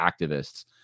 activists